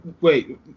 Wait